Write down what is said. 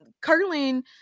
Curling